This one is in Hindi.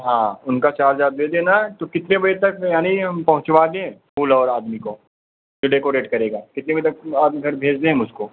हाँ उनका चार्ज आप दे देना तो कितने बजे तक यानी हम पहुँचवा दें फूल और आदमी को जो डेकोरेट करेगा कितने बजे तक आपके घर भेज दें हम उसको